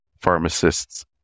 pharmacists